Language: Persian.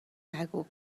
نگو